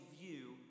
view